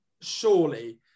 Surely